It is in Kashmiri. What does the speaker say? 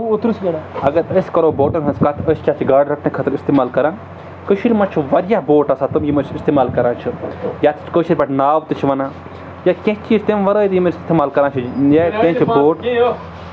اگر أسۍ کَرو بوٹَن ہٕنٛز کَتھ أسۍ چھِ اَتھ چھِ گاڈٕ رَٹنہٕ خٲطرٕ اِستعمال کَران کٔشیٖر منٛز چھِ واریاہ بوٹ آسان تِم یِم أسۍ اِستعمال کَران چھِ یَتھ کٲشِرۍ پٲٹھۍ ناو تہِ چھِ وَنان یا کینٛہہ چھِ تَمہِ وَرٲے تہِ یِم أسۍ اِستعمال کَران چھِ یا کینٛہہ چھِ بوٹ